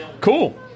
cool